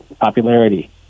popularity